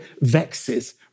vexes